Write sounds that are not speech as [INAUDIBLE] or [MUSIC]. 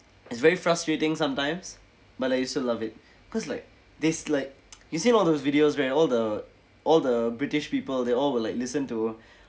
it's very frustrating sometimes but like you still love it cause like this like [NOISE] you seen all those videos where all the all the british people they all will like listen to